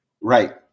Right